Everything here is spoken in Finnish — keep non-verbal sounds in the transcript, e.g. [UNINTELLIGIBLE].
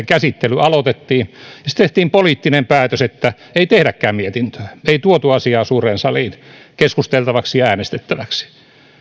[UNINTELLIGIBLE] käsittely aloitettiin ja sitten tehtiin poliittinen päätös että ei tehdäkään mietintöä ei tuotu asiaa suureen saliin keskusteltavaksi ja äänestettäväksi